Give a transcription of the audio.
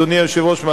אדוני היושב-ראש,